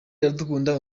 iradukunda